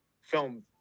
film